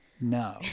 No